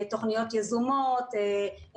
תוכניות יזומות.